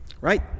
Right